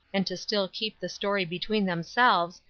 and to still keep the story between themselves,